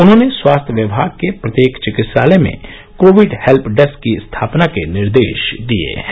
उन्होंने स्वास्थ्य विभाग के प्रत्येक चिकित्सालय में कोविड हेल्प डेस्क की स्थापना के निर्देश दिये हैं